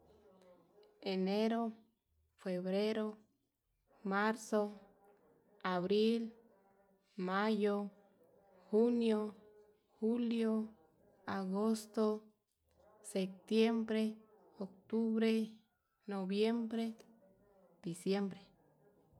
Enero, febrero, marzo, abril, mayo, junio, julio, agosto, septiembre, octubre, noviembre, diciembre.